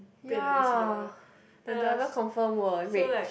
ya the driver confirm will rage